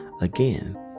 again